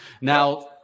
Now